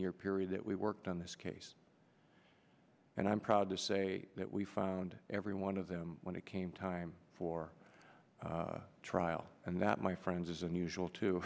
year period that we worked on this case and i'm proud to say that we found every one of them when it came time for trial and that my friends is unusual too